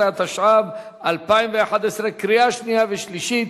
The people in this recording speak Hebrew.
11), התשע"ב 2011, קריאה שנייה וקריאה שלישית.